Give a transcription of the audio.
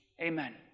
Amen